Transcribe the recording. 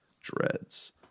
dreads